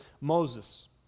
Moses